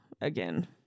again